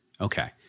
Okay